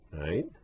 right